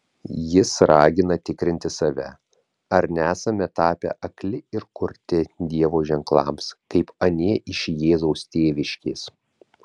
jis ragina tikrinti save ar nesame tapę akli ir kurti dievo ženklams kaip anie iš jėzaus tėviškės